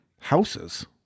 Houses